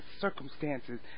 circumstances